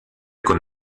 con